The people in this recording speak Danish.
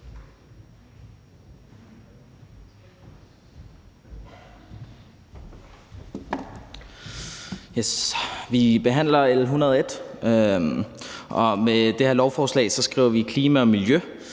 Vi behandler L 101. Med det lovforslag skriver vi klima og miljø